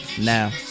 now